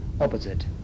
opposite